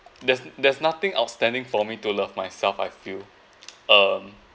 there's there's nothing outstanding for me to love myself I feel um